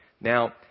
Now